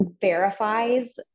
verifies